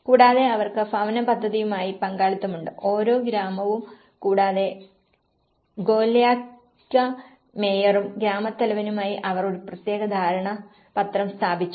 കൂടാതെ അവർക്ക് ഭവന പദ്ധതിയുമായി പങ്കാളിത്തമുണ്ട് ഓരോ ഗ്രാമവും കൂടാതെ ഗോല്യാക്ക മേയറും ഗ്രാമത്തലവനുമായി അവർ ഒരു പ്രത്യേക ധാരണാപത്രം സ്ഥാപിച്ചു